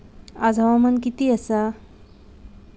आज हवामान किती आसा?